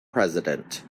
president